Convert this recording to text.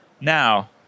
Now